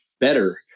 better